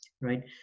right